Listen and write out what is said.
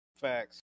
Facts